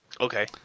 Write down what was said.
Okay